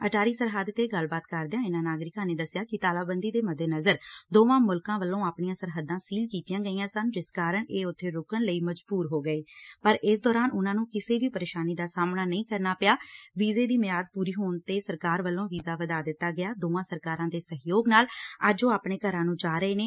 ਅਟਾਰੀ ਸਰਹੱਦ ਤੇ ਗੱਲਬਾਤ ਕਰਦਿਆਂ ਇਨੂਾਂ ਨਾਗਰਿਕਾਂ ਨੇ ਦਸਿਆ ਕਿ ਤਾਲਾਬੰਦੀ ਦੇ ਮੱਦੇਨਜਰ ਦੋਵਾਂ ਮੁਲਕਾਂ ਵੱਲੋਂ ਆਪਣੀਆਂ ਸਰਹੱਦਾਂ ਸੀਲ ਕੀਤੀਆਂ ਗਈਆਂ ਸਨ ਜਿਸ ਕਾਰਨ ਉਹ ਇੱਬੇ ਰੁੱਕਣ ਲਈ ਮਜ਼ਬੂਰ ਹੋ ਗਏ ਪਰ ਇਸ ਦੌਰਾਨ ਉਨੂਾਂ ਨੂੰ ਕਿਸੇ ਵੀ ਪ੍ਰੇਸ਼ਾਨੀ ਦਾ ਸਾਹਮਣਾ ਨਹੀਂ ਕਰਨਾ ਪਿਆ ਵੀਜ਼ੇ ਦੀ ਮਿਆਦ ਪੂਰੀ ਹੋਣ ਤੇ ਸਰਕਾਰ ਵੱਲੋਂ ਵੀਜ਼ਾ ਵਧਾ ਦਿੱਤਾ ਗਿਆ ਅਤੇ ਦੋਵਾਂ ਸਰਕਾਰਾਂ ਦੇ ਸਹਿਯੋਗ ਨਾਲ ਅੱਜ ਉਹ ਆਪਣੇ ਘਰਾਂ ਨੂੰ ਜਾ ਰਹੇ ਨੇ